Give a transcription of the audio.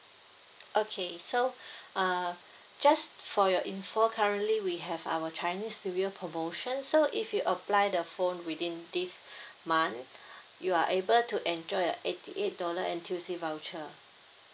okay so uh just for your info currently we have our chinese new year promotion so if you apply the phone within this month you are able to enjoy a eighty eight dollar N_T_U_C voucher